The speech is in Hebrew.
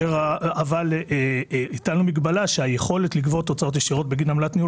אבל הטלנו מגבלה שהיכולת לגבות הוצאות ישירות בגין עמלת ניהול